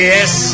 Yes